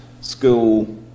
school